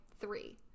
three